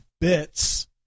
bits